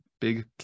big